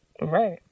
right